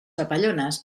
papallones